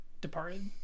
departed